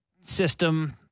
system